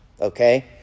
Okay